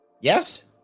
Yes